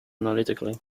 analytically